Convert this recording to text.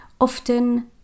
often